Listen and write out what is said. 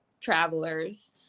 travelers